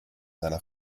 seiner